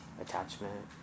attachment